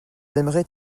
aimeraient